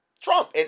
Trump